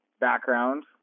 background